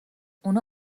اونا